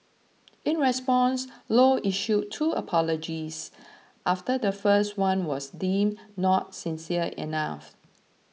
in response low issued two apologies after the first one was deemed not sincere enough